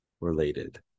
related